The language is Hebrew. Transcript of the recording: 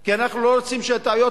כי אנחנו לא רוצים שכאשר יקימו יישובים